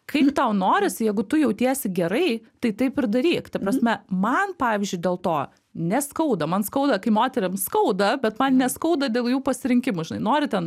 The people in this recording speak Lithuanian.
kaip tau norisi jeigu tu jautiesi gerai tai taip ir daryk ta prasme man pavyzdžiui dėl to neskauda man skauda kai moterim skauda bet man neskauda dėl jų pasirinkimų žinai nori ten